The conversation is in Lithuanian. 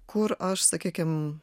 kur aš sakykim